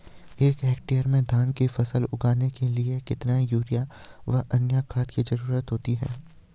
एक हेक्टेयर में धान की फसल उगाने के लिए कितना यूरिया व अन्य खाद की जरूरत होती है?